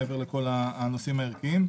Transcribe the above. מעבר לכל הנושאים הערכיים.